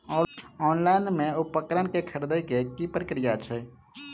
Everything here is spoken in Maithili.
ऑनलाइन मे उपकरण केँ खरीदय केँ की प्रक्रिया छै?